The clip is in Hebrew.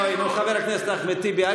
אוי, נו, חבר הכנסת אחמד טיבי.